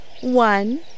One